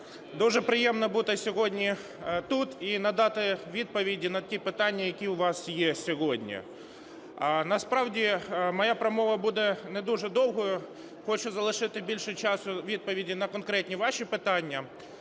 дуже приємно бути сьогодні тут і надати відповіді на ті питання, які у вас є сьогодні. Насправді моя промова буде не дуже довгою, хочу залишити більше часу для відповідей на конкретні ваші питання.